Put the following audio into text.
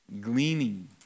gleaning